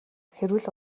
хэрүүл